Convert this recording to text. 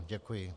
Děkuji.